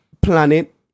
planet